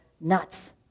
nuts